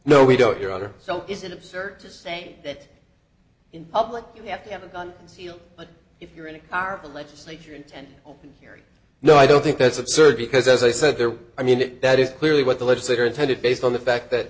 no we don't you're either so is it absurd to say that in public you have to have a gun but if you're in a car the legislature in ten carry no i don't think that's absurd because as i said there i mean that is clearly what the legislature intended based on the fact that